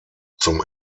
zum